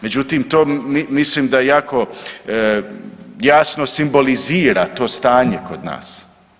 Međutim to mislim da je jako, jasno simbolizira to stanje kod nas.